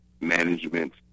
management